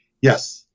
Yes